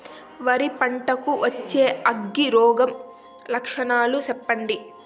వరి పంట కు వచ్చే అగ్గి రోగం లక్షణాలు చెప్పండి?